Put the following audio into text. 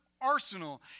arsenal